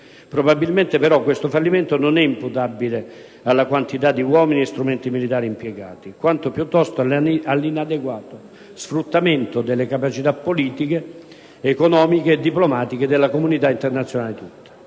Probabilmente però questo fallimento non è imputabile alla quantità di uomini e strumenti militari impiegati, quanto piuttosto all'inadeguato sfruttamento delle capacità politiche, economiche e diplomatiche della comunità internazionale tutta.